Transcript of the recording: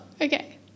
okay